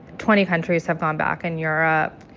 twenty countries have gone back in europe.